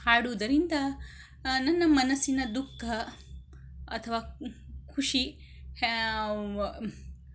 ಹಾಡುವುದರಿಂದ ನನ್ನ ಮನಸ್ಸಿನ ದುಃಖ ಅಥವಾ ಖುಷಿ